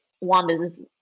wanda's